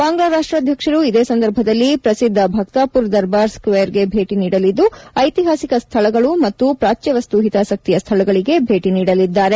ಬಾಂಗ್ಲಾ ರಾಷ್ಟ್ರಾಧ್ಯಕ್ಷರು ಇದೇ ಸಂದರ್ಭದಲ್ಲಿ ಪ್ರಸಿದ್ದ ಭಕ್ತಾಪುರ್ ದರ್ಬಾರ್ ಸ್ಕ್ಷೇರ್ಗೆ ಭೇಟಿ ನೀಡಲಿದ್ದು ಐತಿಹಾಸಿಕ ಸ್ಥಳಗಳು ಮತ್ತು ಪ್ರಾಚ್ಯವಸ್ತು ಹಿತಾಸಕ್ತಿಯ ಸ್ಥಳಗಳಿಗೆ ಭೇಟಿ ನೀಡಲಿದ್ದಾರೆ